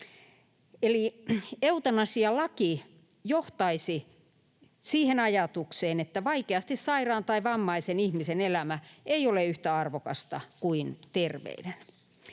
eutanasialaki johtaisi siihen ajatukseen, että vaikeasti sairaan tai vammaisen ihmisen elämä ei ole yhtä arvokasta kuin terveiden.